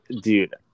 dude